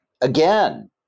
again